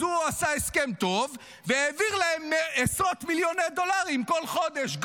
אז הוא עשה הסכם טוב והעביר להם עשרות מיליוני דולרים בכל חודש,